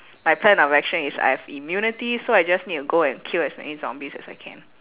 my plan of action is I have immunity so I just need to go and kill as many zombies as I can